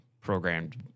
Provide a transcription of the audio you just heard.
programmed